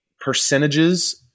percentages